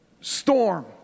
storm